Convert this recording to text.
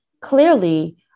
clearly